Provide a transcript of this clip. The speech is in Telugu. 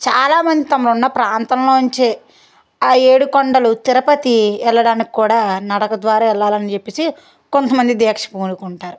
చాలామంది తమ ఉన్న ప్రాంతంలో నుంచి ఆ ఏడుకొండలు తిరపతి వెళ్ళడానికి కూడా నడక ద్వారా వెళ్ళాలని చెప్పేసి కొంతమంది దీక్ష పూనుకుంటారు